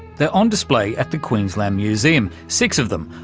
they're on display at the queensland museum, six of them,